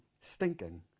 stinking